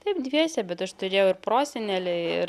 taip dviese bet aš turėjau ir prosenelį ir